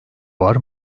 var